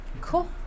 Cool